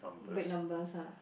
big numbers ah